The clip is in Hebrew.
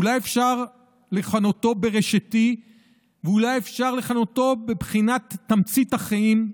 אולי אפשר לכנותו בראשיתי ואולי אפשר לכנותו בבחינת תמצית החיים,